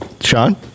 Sean